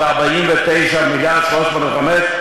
49 מיליארד 305,